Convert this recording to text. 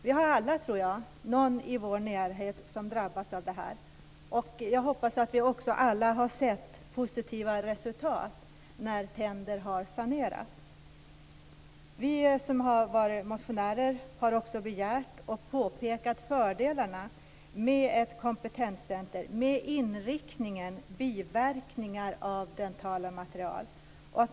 Jag tror att vi alla har någon i vår närhet som drabbats av detta. Jag hoppas också att vi alla har sett positiva resultat när tänder har sanerats. Vi som har motionerat i detta ämne har också begärt och påpekat fördelarna med ett kompetenscentrum med inriktning på biverkningar av dentala material.